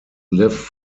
live